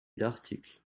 d’articles